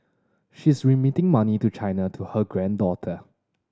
she's remitting money to China to her granddaughter